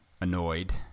annoyed